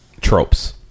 tropes